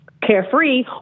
Carefree